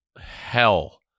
hell